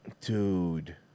Dude